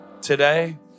Today